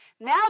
Now